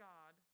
God